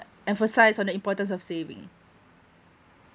emphasise on the importance of saving